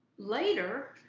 later,